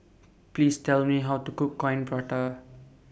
Please Tell Me How to Cook Coin Prata